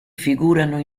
figurano